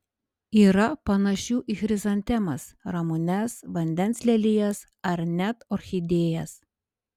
yra panašių į chrizantemas ramunes vandens lelijas ar net orchidėjas